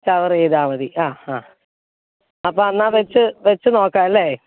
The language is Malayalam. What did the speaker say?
ഷവർ ചെയ്താൽ മതി ആ ആ അപ്പോൾ എന്നാൽ വെച്ച് വെച്ചുനോക്കാം അല്ലേ